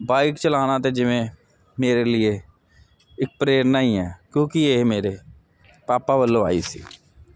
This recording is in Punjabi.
ਬਾਈਕ ਚਲਾਣਾ ਤਾਂ ਜਿਵੇਂ ਮੇਰੇ ਲਈਏ ਇੱਕ ਪ੍ਰੇਰਨਾ ਹੀ ਹ ਕਿਉਂਕਿ ਇਹ ਮੇਰੇ ਪਾਪਾ ਵੱਲੋਂ ਆਈ ਸੀ